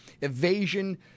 evasion